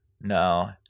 No